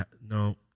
No